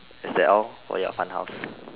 is that all for your fun house